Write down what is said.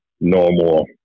normal